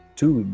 two